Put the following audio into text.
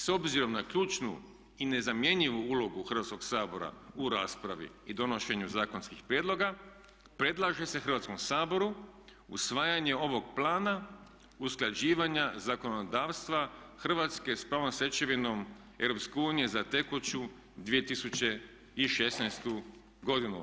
S obzirom na ključnu i nezamjenjivu ulogu Hrvatskog sabora u raspravi i donošenju zakonskih prijedloga predlaže se Hrvatskom saboru usvajanje ovog plana usklađivanja zakonodavstva Hrvatske sa pravnom stečevinom Europske unije za tekuću 2016. godinu.